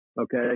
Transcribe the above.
Okay